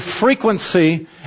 frequency